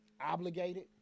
obligated